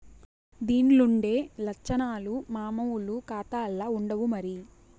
దీన్లుండే లచ్చనాలు మామూలు కాతాల్ల ఉండవు మరి